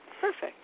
Perfect